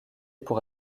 pour